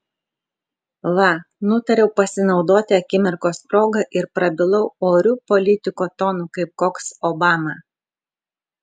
va nutariau pasinaudoti akimirkos proga ir prabilau oriu politiko tonu kaip koks obama